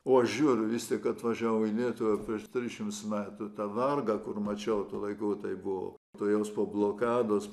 o aš žiūriu jis tik atvažiavo į lietuvą prieš trisdešimt metų tą vargą kur mačiau laiku tai buvo tuojau po blokados